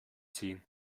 ziehen